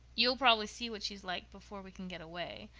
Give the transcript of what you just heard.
you'll probably see what she's like before we can get away,